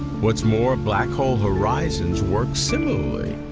what's more, black hole horizons work similarly,